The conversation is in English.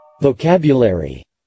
Vocabulary